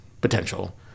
potential